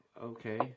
okay